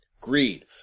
Greed